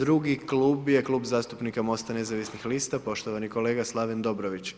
Drugi Klub je Klub zastupnika MOST-a nezavisnih lista, poštovani kolega Slaven Dobrović.